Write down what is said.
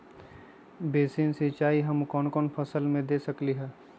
Basin सिंचाई हम कौन कौन फसल में दे सकली हां?